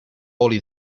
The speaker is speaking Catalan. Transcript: oli